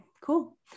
cool